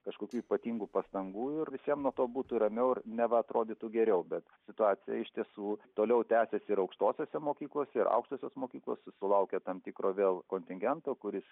kažkokių ypatingų pastangų ir visiem nuo to būtų ramiau neva atrodytų geriau bet situacija iš tiesų toliau tęsiasi ir aukštosiose mokyklose ir aukštosios mokyklos sulaukia tam tikro vėl kontingento kuris